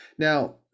Now